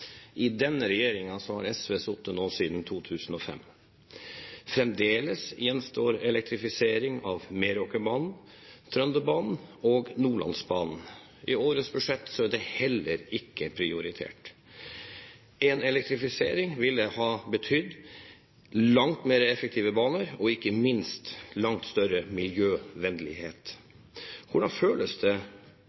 I denne regjeringen har SV sittet nå siden 2005. Fremdeles gjenstår elektrifisering av Meråkerbanen, Trønderbanen og Nordlandsbanen. I årets budsjett er det heller ikke prioritert. En elektrifisering ville betydd langt mer effektive baner og, ikke minst, langt større miljøvennlighet. Hvordan føles det